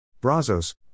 Brazos